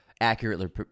accurately